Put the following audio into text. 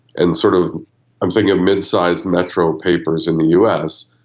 and sort of i'm thinking of mid-sized metro papers in the us,